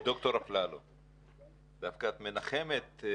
ד"ר אפללו, דווקא את מנחמת.